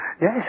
Yes